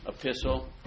epistle